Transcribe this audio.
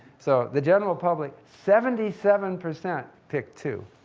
so the general public, seventy seven percent picked two.